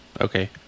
Okay